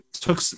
took